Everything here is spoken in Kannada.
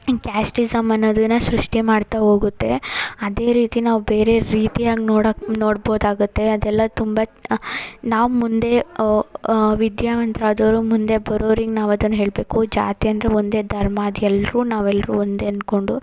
ಕ್ಯಾಸ್ಟಿಸಮ್ ಅನ್ನೋದನ್ನು ಸೃಷ್ಟಿ ಮಾಡ್ತಾ ಹೋಗುತ್ತೆ ಅದೇ ರೀತಿ ನಾವು ಬೇರೆ ರೀತಿ ಹಂಗ್ ನೋಡಕ್ಕೆ ನೋಡ್ಬೋದಾಗುತ್ತೆ ಅದೆಲ್ಲ ತುಂಬ ನಾವು ಮುಂದೆ ವಿದ್ಯಾವಂತರಾದವ್ರು ಮುಂದೆ ಬರೋರಿಗೆ ನಾವು ಅದನ್ನು ಹೇಳಬೇಕು ಜಾತಿ ಅಂದರೆ ಒಂದೇ ಧರ್ಮ ಅದು ಎಲ್ಲರೂ ನಾವು ಎಲ್ಲರೂ ಒಂದೇ ಅಂದ್ಕೊಂಡು